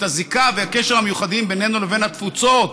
הזיקה והקשר המיוחדים בינינו לבין התפוצות,